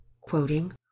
quoting